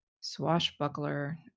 swashbuckler